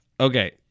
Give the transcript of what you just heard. Okay